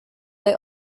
they